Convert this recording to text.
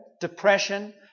depression